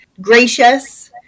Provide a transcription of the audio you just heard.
gracious